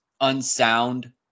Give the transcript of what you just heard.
unsound